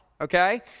okay